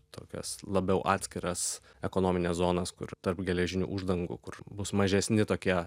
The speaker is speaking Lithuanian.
tokias labiau atskiras ekonomines zonas kur tarp geležinių uždangų kur bus mažesni tokie